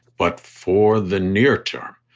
but for the near term,